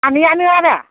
आनैयानो आरो